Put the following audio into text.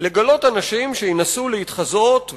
לגלות אנשים שינסו להתחזות,